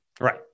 Right